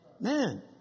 Man